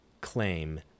claim